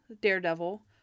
daredevil